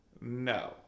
No